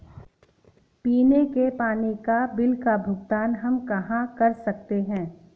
पीने के पानी का बिल का भुगतान हम कहाँ कर सकते हैं?